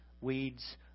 weeds